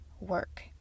work